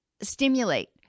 stimulate